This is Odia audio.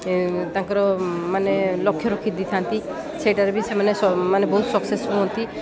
ତାଙ୍କର ମାନେ ଲକ୍ଷ୍ୟ ରଖି ଦେଇଥାନ୍ତି ସେଇଟାରେ ବି ସେମାନେ ମାନେ ବହୁତ ସକ୍ସେସ ହୁଅନ୍ତି